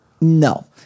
No